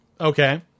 Okay